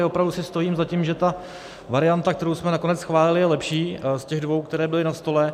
Opravdu si stojím za tím, že ta varianta, kterou jsme nakonec schválili, je lepší z těch dvou, které byly na stole.